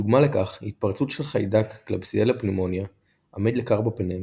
דוגמה לכך היא התפרצות של חיידק Klebsiella pneumoniae עמיד לקרבפנם